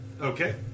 Okay